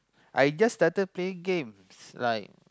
I just started playing games like